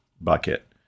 bucket